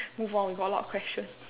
move on we got a lot of question